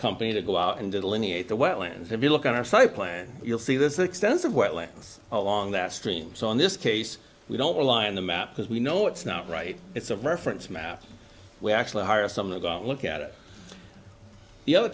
company to go out and delineate the wetlands if you look at our site plan you'll see this extensive wetlands along that streams on this case we don't rely on the map because we know it's not right it's of reference maps we actually hire some that go look at it the other